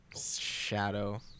Shadow